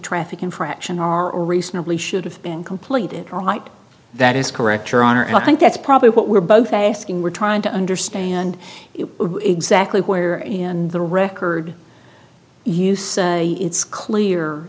traffic infraction are reasonably should have been completed all right that is correct your honor and i think that's probably what we're both asking we're trying to understand it exactly where in the record you say it's clear